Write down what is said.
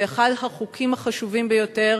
זה אחד החוקים החשובים ביותר,